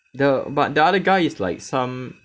the but the other guy is like some